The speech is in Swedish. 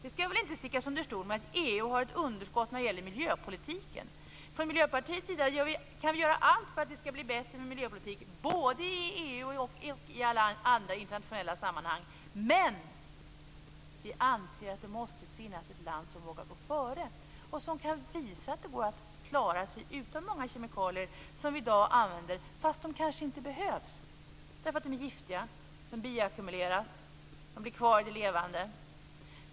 Vi skall inte sticka under stol med att EU har ett underskott när det gäller miljöpolitiken. Från Miljöpartiets sida vill vi göra allt för att miljöpolitiken skall bli bättre, både i EU och i alla andra internationella sammanhang. Men vi anser att det måste finnas ett land som vågar gå före och visa att det går att klara sig utan många kemikalier som vi i dag använder fast de kanske inte behövs. Det kan vara giftiga kemikalier som bioackumuleras, dvs. blir kvar i det levande.